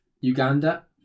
Uganda